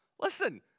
listen